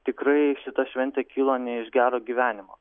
tikrai šita šventė kilo ne iš gero gyvenimo